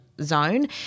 zone